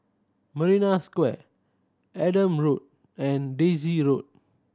Marina Square Adam Road and Daisy Road